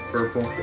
Purple